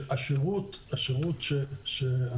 תהיה רשימה של חריגים אז כל אחד ירצה להצטרף.